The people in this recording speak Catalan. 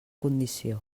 condició